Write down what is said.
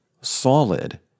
solid